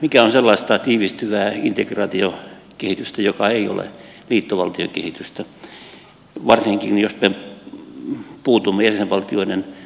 mikä on sellaista tiivistyvää integraatiokehitystä joka ei ole liittovaltiokehitystä varsinkin jos me puutumme jäsenvaltioiden budjettivaltaan